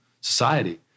society